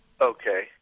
Okay